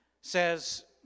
says